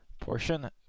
portion